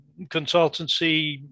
consultancy